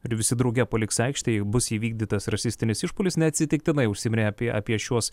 ir visi drauge paliks aikštę jei bus įvykdytas rasistinis išpuolis neatsitiktinai užsiminė apie apie šiuos